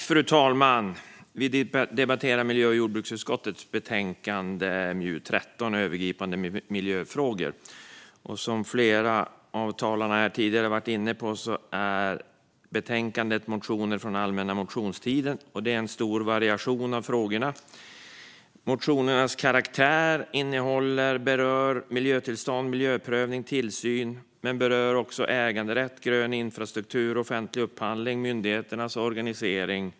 Fru talman! Vi debatterar miljö och jordbruksutskottets betänkande MJU13 Övergripande miljöfrågor . Som flera av de tidigare talarna har varit inne på behandlas motioner från allmänna motionstiden i betänkandet. Det är en stor variation av frågor. Motionerna berör miljötillstånd, miljöprövning och tillsyn. De berör också äganderätt, grön infrastruktur, offentlig upphandling och myndigheternas organisering.